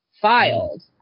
filed